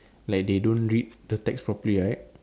like they don't read the tags properly right